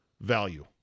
value